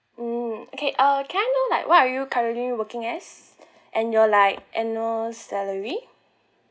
mm okay uh can I know like what are you currently working as and your like annual salary